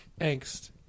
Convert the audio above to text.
angst